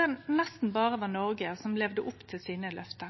det nesten berre var Noreg som levde opp til sine løfte.